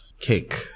cake